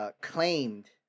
claimed